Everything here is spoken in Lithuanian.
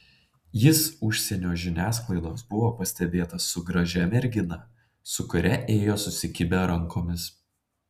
jis užsienio žiniasklaidos buvo pastebėtas su gražia mergina su kuria ėjo susikibę rankomis